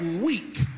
weak